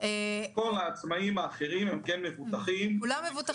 --- כל העצמאים האחרים הם מבוטחים.